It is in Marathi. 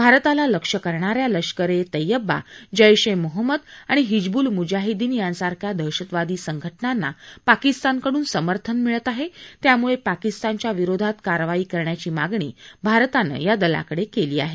भारताला लक्ष्य करणाऱ्या लष्कर ए तय्यबा जैश ए मोहम्मद आणि हिजबुल मुजाहिदीन यांसारख्या दहशतवादी संघ उांना पाकिस्तानकडून समर्थन मिळत आहे त्यामुळे पाकिस्तानच्या विरोधात कारवाई करण्याची मागणी भारतानं या दलाकडे केली आहे